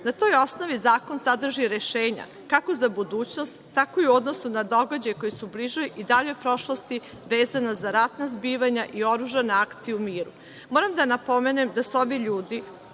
Na toj osnovi zakon sadrži rešenja kako za budućnost, tako i u odnosu na događaje koji su u bližoj i daljoj prošlosti vezana za ratna zbivanja i oružane akcije u miru. Moram da napomenem da su ovi ljudi